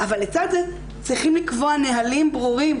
אבל לצד זה צריכים לקבוע נהלים ברורים,